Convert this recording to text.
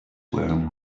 wearing